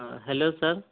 ہاں ہیلو سر